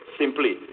simply